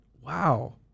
wow